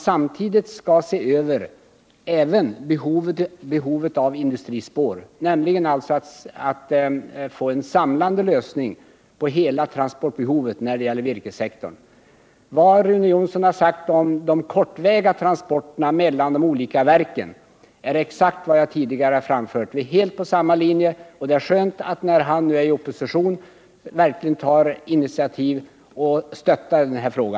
Samtidigt skall man se över behovet av industrispår. Avsikten är alltså att få en samlad kartläggning av hela transportbehovet när det gäller virkessektorn. Vad Rune Jonsson har sagt om de kortväga transporterna mellan de olika verken är exakt vad jag tidigare har framfört. Vi är helt på samma linje, och det är skönt att han, nu när han är i opposition, verkligen tar initiativ och stöttar denna fråga.